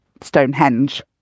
Stonehenge